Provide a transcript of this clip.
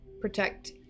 protect